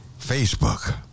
Facebook